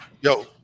Yo